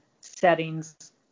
settings